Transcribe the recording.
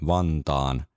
Vantaan